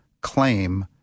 claim